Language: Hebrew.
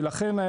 ולכן,